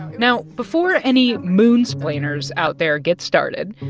now, before any moonsplainers out there get started,